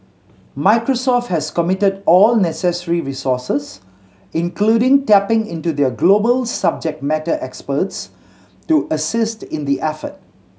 Microsoft has committed all necessary resources including tapping into their global subject matter experts to assist in the effort